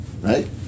right